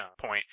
point